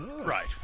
right